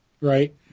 Right